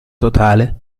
totale